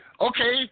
Okay